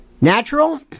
Natural